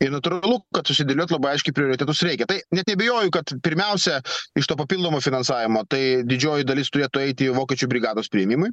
ir natūralu kad susidėliot labai aiškiai prioritetus reikia tai net neabejoju kad pirmiausia iš to papildomo finansavimo tai didžioji dalis turėtų eiti į vokiečių brigados priėmimui